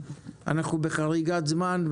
אנחנו בחריגת זמן,